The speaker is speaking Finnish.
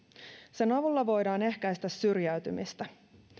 sen avulla voidaan ehkäistä syrjäytymistä